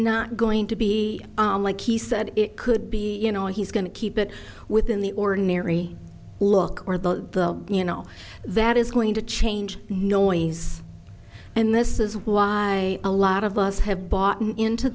not going to be like he said it could be you know he's going to keep it within the ordinary look or the you know that is going to change noise and this is why a lot of us have bought into